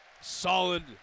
Solid